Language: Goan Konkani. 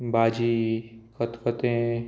भाजी खतखतें